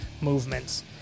movements